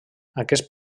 aquest